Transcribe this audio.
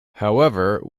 however